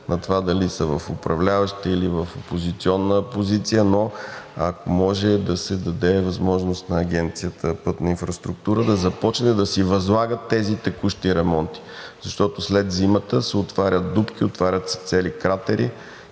на това дали са в управляваща, или опозиционна позиция, ако може да се даде възможност на Агенция „Пътна инфраструктура“ да започне да си възлага тези текущи ремонти, защото след зимата се отварят дупки, отварят се цели кратери